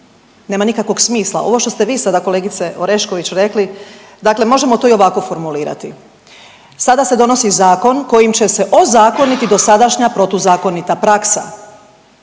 nema nikakvog smisla. Ovo što ste vi sada kolegice Orešković rekli, dakle možemo to i ovako formulirati, sada se donosi zakon kojim će se ozakoniti dosadašnja protuzakonita praksa.